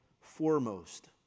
foremost